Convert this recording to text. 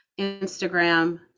Instagram